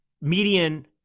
median